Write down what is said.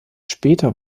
später